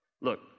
Look